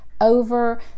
over